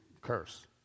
curse